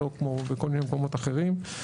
לא כמו בכל מיני מקומות אחרים.